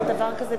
דקה.